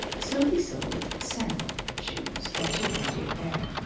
sophy sold sample shoes at two-fifty a pair,